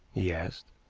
he asked.